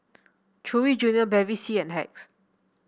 Chewy Junior Bevy C and Hacks